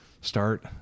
start